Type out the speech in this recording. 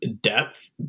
depth